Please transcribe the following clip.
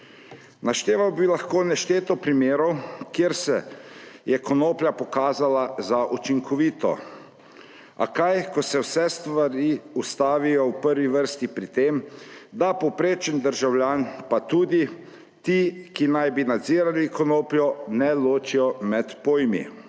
Našteval bi lahko nešteto primerov, kjer se je konoplja pokazala za učinkovito, a kaj ko se vse stvari ustavijo v prvi vrsti pri tem, da povprečen državljan pa tudi ti, ki naj bi nadzirali konopljo, ne ločijo med pojmi.